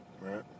right